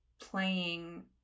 playing